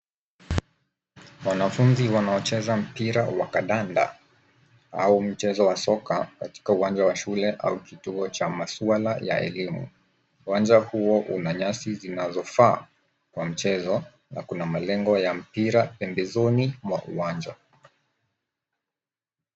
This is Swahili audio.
Wanafunzi wanaocheza mpira wa kandanda au mchezo wa soka katika uwanja wa shule ama kituo cha maswala ya elimu. Uwanja huo una nyasi zinazofaa kwa mchezo na kuna malengo ya mpira pembezoni mwa uwanja.